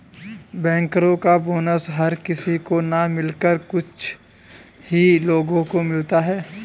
बैंकरो का बोनस हर किसी को न मिलकर कुछ ही लोगो को मिलता है